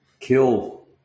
kill